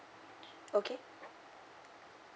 okay